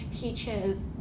teachers